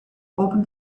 opened